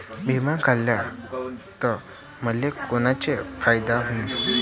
बिमा काढला त मले कोनचा फायदा होईन?